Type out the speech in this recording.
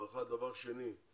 הדבר השני הוא